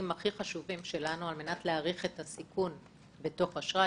החשובים שלנו על מנת להעריך את הסיכון בתוך אשראי.